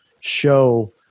show